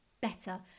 better